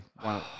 One